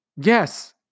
Yes